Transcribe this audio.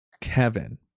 Kevin